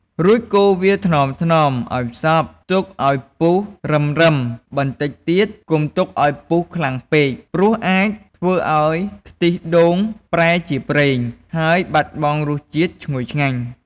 រួចកូរវាថ្នមៗឱ្យសព្វ ទុកឱ្យពុះរឹមៗបន្តិចទៀត កុំទុកឱ្យពុះខ្លាំងពេក ព្រោះអាចធ្វើឱ្យខ្ទិះដូងប្រែជាប្រេង ហើយបាត់បង់រសជាតិឈ្ងុយឆ្ងាញ់។